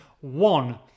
One